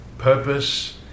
purpose